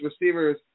receivers